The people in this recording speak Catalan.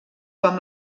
com